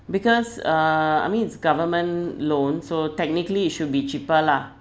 because uh I mean it's government loan so technically it should be cheaper lah